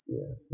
Yes